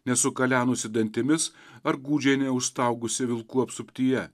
nesukalenusi dantimis ar gūdžiai neužstaugusi vilkų apsuptyje